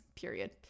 period